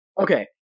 Okay